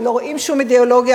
ולא רואים שום אידיאולוגיה.